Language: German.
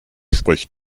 spricht